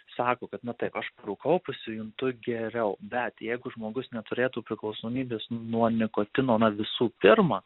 sako kad nu taip aš rūkau pasijuntu geriau bet jeigu žmogus neturėtų priklausomybės nuo nikotino na visų pirma